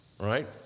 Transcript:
Right